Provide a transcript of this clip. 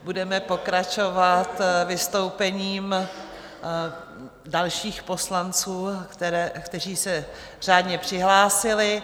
Budeme pokračovat vystoupením dalších poslanců, kteří se řádně přihlásili.